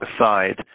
aside